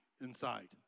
inside